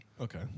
Okay